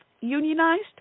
unionized